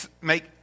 make